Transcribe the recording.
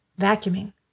vacuuming